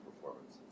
performance